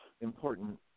important